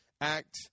act